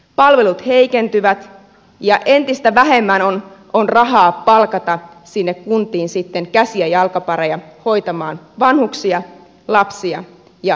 palvelut heikentyvät ja entistä vähemmän on rahaa palkata sinne kuntiin sitten käsi ja jalkapareja hoitamaan vanhuksia lapsia ja vammaisia